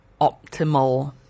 optimal